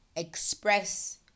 express